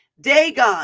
dagon